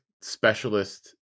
specialist